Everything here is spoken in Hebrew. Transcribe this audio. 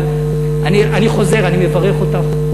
אבל אני חוזר, אני מברך אותך.